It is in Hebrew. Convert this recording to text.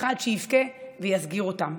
שפחד שיבכה ויסגיר אותם.